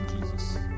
Jesus